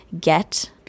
get